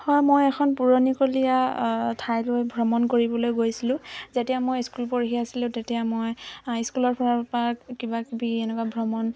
হয় মই এখন পুৰণিকলীয়া ঠাইলৈ ভ্ৰমণ কৰিবলৈ গৈছিলোঁ যেতিয়া মই স্কুল পঢ়ি আছিলোঁ তেতিয়া মই স্কুলৰ পৰা কিবা কিবি এনেকুৱা ভ্ৰমণ